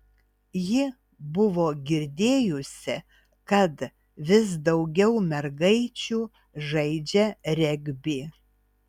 ji buvo girdėjusi kad vis daugiau mergaičių žaidžią regbį